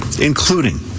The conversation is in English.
including